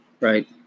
Right